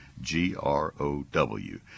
g-r-o-w